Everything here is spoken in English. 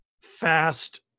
fast